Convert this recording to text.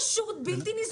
פשוט בלתי נסבל.